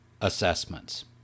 assessments